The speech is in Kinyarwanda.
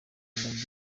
bakunda